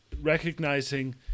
recognizing